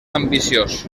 ambiciós